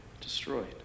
destroyed